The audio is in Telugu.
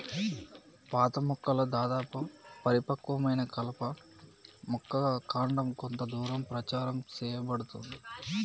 పాత మొక్కల దాదాపు పరిపక్వమైన కలప యొక్క కాండం కొంత దూరం ప్రచారం సేయబడుతుంది